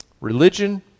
Religion